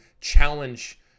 challenge